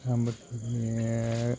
സാമ്പത്തി